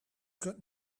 got